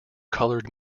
colored